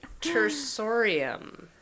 tersorium